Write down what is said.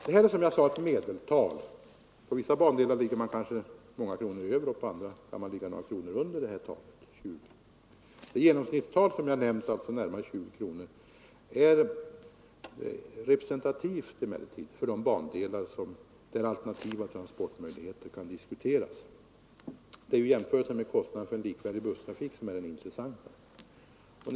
Det här är, som jag sade, ett medeltal. På vissa bandelar liggar man några kronor över och på andra kan man ligga några kronor under det här talet. Det genomsnittstal som jag nämnt — alltså närmare 20 kronor per tågkilometer — är emellertid representativt för de bandelar där alternativa transportmöjligheter kan diskuteras. Det är ju jämförelsen med kostnaden för en likvärdig busstrafik som är den intressanta.